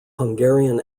hungarian